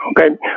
Okay